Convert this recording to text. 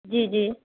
جی جی